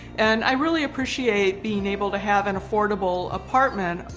and i really appreciate being able to have an affordable apartment.